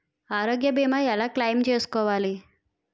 ఆరోగ్య భీమా ఎలా క్లైమ్ చేసుకోవాలి?